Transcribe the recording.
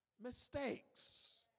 mistakes